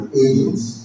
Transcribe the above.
agents